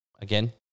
Again